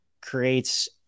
creates